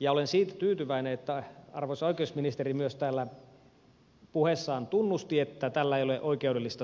ja olen siitä tyytyväinen että arvoisa oikeusministeri myös täällä puheessaan tunnusti että tällä ei ole oikeudellista sitovuutta